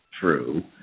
true